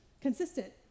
consistent